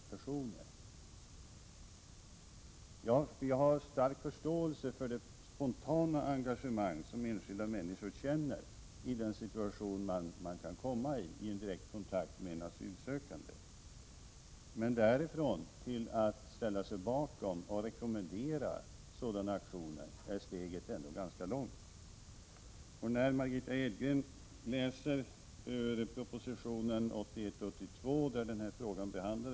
Jag har stor förståelse för det spontana engagemang som enskilda människor känner i situationer där de har direkta kontakter med asylsökande. Men att inte bara nöja sig med det utan att också ställa sig bakom och rekommendera sådana här aktioner är ändå att ta ett ganska långt steg. Margitta Edgren citerar ur proposition 1981/82:146 där den här frågan behandlas.